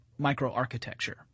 microarchitecture